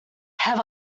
have